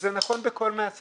זה נכון בכל מעשה